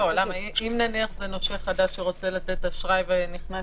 אם זה נושה חדש שרוצה לתת אשראי ונכנס